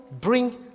bring